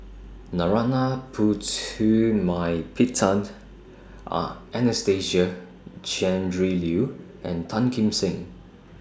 Narana Putumaippittan Are Anastasia Tjendri Liew and Tan Kim Seng